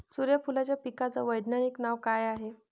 सुर्यफूलाच्या पिकाचं वैज्ञानिक नाव काय हाये?